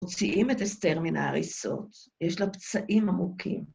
‫מוציאים את אסתר מן ההריסות, ‫יש לה פצעים עמוקים.